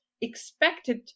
expected